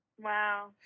Wow